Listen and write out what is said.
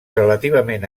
relativament